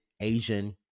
Asian